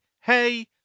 hey